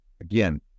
again